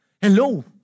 Hello